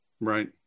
Right